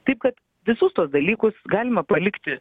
taip kad visus tuos dalykus galima palikti